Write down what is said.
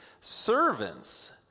Servants